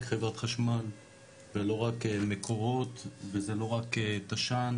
חברת חשמל ולא רק מקורות וזה לא רק תש"ן,